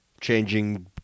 Changing